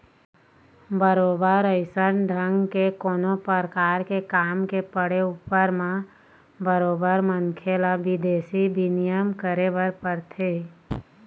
बरोबर अइसन ढंग के कोनो परकार के काम के पड़े ऊपर म बरोबर मनखे ल बिदेशी बिनिमय करे बर परथे ही